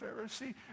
Pharisee